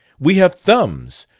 we have thumbs!